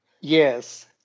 Yes